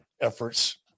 efforts